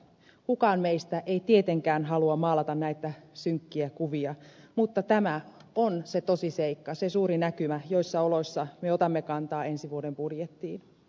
kukaan meistä ei tietenkään halua maalata näitä synkkiä kuvia mutta tämä on se tosiseikka se suuri näkymä joissa oloissa me otamme kantaa ensi vuoden budjettiin